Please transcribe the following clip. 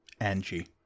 Angie